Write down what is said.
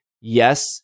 yes